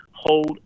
Hold